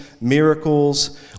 miracles